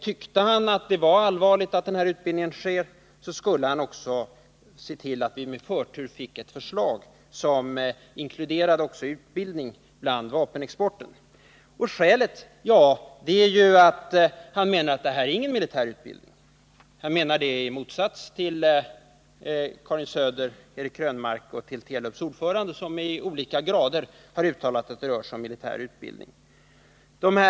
Tyckte han att det var allvarligt att denna utbildning sker, skulle han också se till att vi med förtur fick ett förslag om att bestämmelserna avseende vapenexporten också inkluderade utbildning. Skälet till att Staffan Burenstam Linder inte vill gå in på detta är att han menar att det inte är fråga om någon militär utbildning. Hans mening står i motsats till vad som deklarerats av Karin Söder, Eric Krönmark och Telubs ordförande, som i olika hög grad har uttalat att det rör sig om militär utbildning.